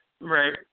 Right